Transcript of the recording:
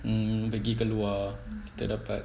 mm pergi keluar kita dapat